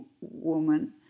woman